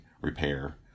repair